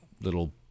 little